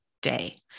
day